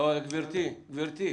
גברתי,